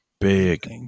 Big